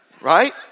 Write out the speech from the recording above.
Right